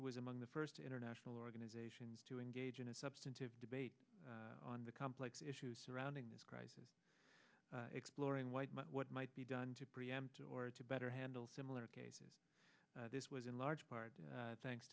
was among the first international organizations to engage in a substantive debate on the complex issues surrounding this crisis exploring wide what might be done to preempt or to better handle similar cases this was in large part thanks